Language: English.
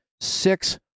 six